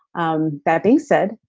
um that being said,